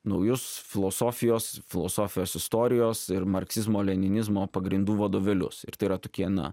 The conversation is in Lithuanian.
naujus filosofijos filosofijos istorijos ir marksizmo leninizmo pagrindų vadovėlius ir tai yra tokie na